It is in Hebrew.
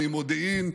ממודיעין,